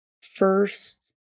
first